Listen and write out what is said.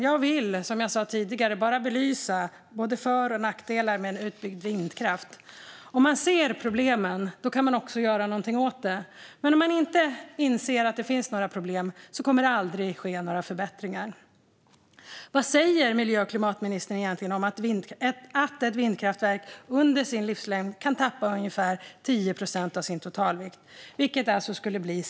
Jag vill som sagt bara belysa både för och nackdelar med en utbyggd vindkraft. Om man ser problemen kan man också göra något åt dem. Men om man inte inser att det finns problem kommer det aldrig att ske några förbättringar. Vad säger miljö och klimatministern egentligen om att ett vindkraftverk under sin livslängd kan tappa ungefär 10 procent av sin totalvikt, vilket innebär sex ton lossnad plast?